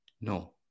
No